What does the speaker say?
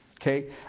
Okay